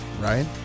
right